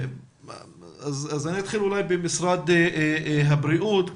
אתחיל עם משרד הבריאות.